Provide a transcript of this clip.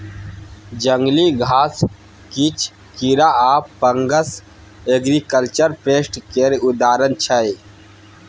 जंगली घास, किछ कीरा आ फंगस एग्रीकल्चर पेस्ट केर उदाहरण छै